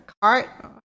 cart